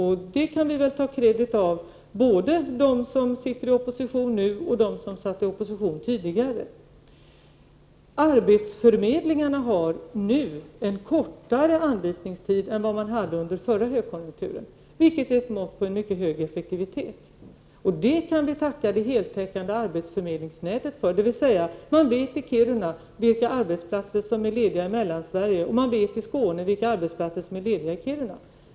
Det kan vi väl notera på kreditsidan — både de som sitter i opposition nu och de som satt i opposition tidigare. Arbetsförmedlingarna har nu kortare anvisningstid än vad de hade under förra högkonjunkturen, vilket är ett mått på en mycket hög effektivitet. Det kan vi tacka det heltäckande arbetsförmedlingsnätet för. Man vet t.ex. i Kiruna vilka arbetsplatser som är lediga i Mellansverige, och man vet i Skåne vilka arbetsplatser som är lediga i Kiruna.